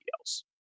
else